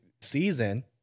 season